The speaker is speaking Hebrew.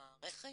במערכת.